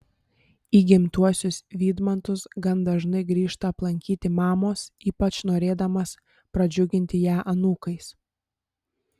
į gimtuosius vydmantus gan dažnai grįžta aplankyti mamos ypač norėdamas pradžiuginti ją anūkais